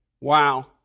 Wow